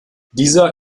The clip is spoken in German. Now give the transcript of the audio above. dieser